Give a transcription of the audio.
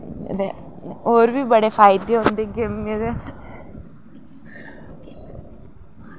ते और बी बड़े फायदे होंदे गेमें दे